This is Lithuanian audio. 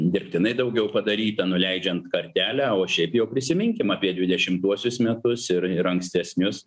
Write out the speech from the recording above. dirbtinai daugiau padaryta nuleidžiant kartelę o šiaip jau prisiminkim apie dvidešimtuosius metus ir ir ankstesnius